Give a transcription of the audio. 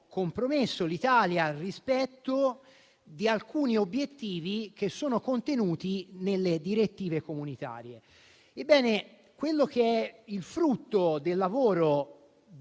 compromesso l'Italia rispetto ad alcuni obiettivi che sono contenuti nelle direttive comunitarie. Ebbene, il frutto del lavoro